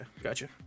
Gotcha